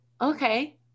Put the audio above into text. Okay